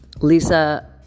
lisa